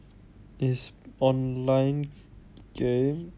is online game